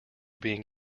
being